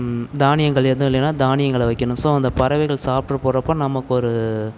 தானியங்கள் எதுவும் இல்லைன்னா தானியங்களை வைக்கணும் ஸோ அந்த பறவைகள் சாப்பிட போறப்போ நமக்கு ஒரு